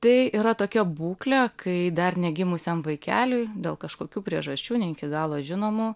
tai yra tokia būklė kai dar negimusiam vaikeliui dėl kažkokių priežasčių ne iki galo žinomų